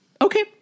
Okay